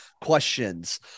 questions